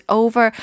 over